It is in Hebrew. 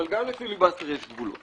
אבל גם לפיליבאסטר יש גבול.